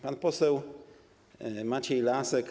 Pan poseł Maciej Lasek.